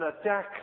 attack